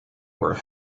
were